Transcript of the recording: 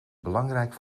belangrijk